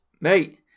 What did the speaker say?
mate